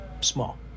small